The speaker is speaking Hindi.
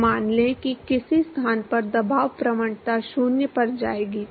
तो मान लें कि किसी स्थान पर दबाव प्रवणता 0 पर जाएगी